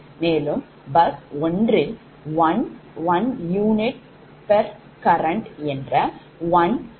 மேலும் bus 1 யில் 1 unit current என்ற 1 p